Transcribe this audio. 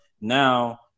Now